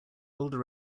older